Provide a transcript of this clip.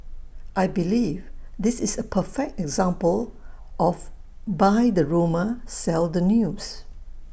I believe this is A perfect example of buy the rumour sell the news